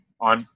on